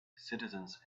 citizens